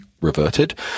reverted